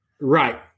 Right